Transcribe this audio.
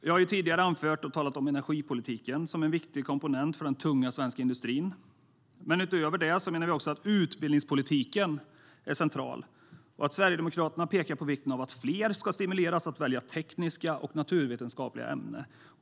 Jag har tidigare anfört och talat om energipolitiken som en viktig komponent för den tunga svenska industrin, men utöver det menar vi också att utbildningspolitiken är central. Sverigedemokraterna pekar där på vikten av att fler ska stimuleras att välja tekniska och naturvetenskapliga ämnen.